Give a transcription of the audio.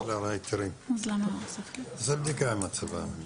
תעשה בדיקה עם הצבא.